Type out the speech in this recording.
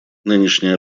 нынешняя